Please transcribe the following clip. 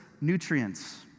nutrients